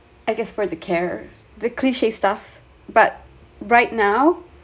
I guess for the carer the cliche stuff but right now